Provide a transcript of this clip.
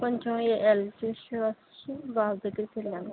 కొంచం health issue వచ్చి బాబు దగ్గరికి వెళ్ళాను